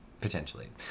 Potentially